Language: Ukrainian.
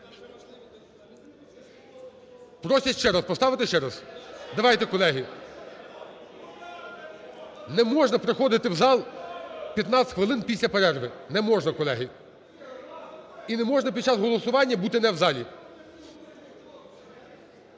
Просять ще раз. Поставити ще раз? Давайте, колеги. Не можна приходити в зал 15 хвилин після перерви, не можна, колеги. І не можна під час голосування бути не в залі.